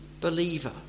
believer